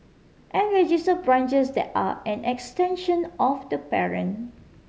and register branches that are an extension of the parent